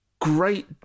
great